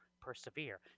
persevere